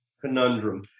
conundrum